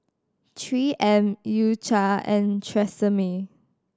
Three M U Cha and Tresemme